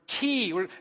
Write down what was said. key